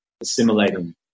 assimilating